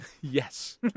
Yes